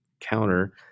counter